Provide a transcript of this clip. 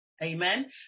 Amen